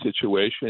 situation